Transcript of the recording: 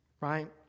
Right